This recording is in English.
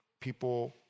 people